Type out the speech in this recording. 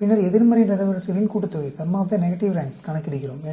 பின்னர் எதிர்மறை தரவரிசைகளின் கூட்டுத்தொகையைக் கணக்கிடுகிறோம்